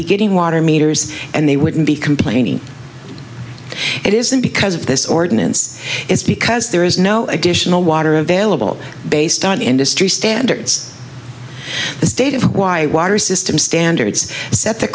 be getting water meters and they wouldn't be complaining it isn't because of this ordinance it's because there is no additional water available based on industry standards the state of hawaii water system standards set the